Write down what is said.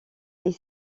est